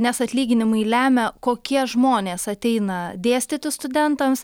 nes atlyginimai lemia kokie žmonės ateina dėstyti studentams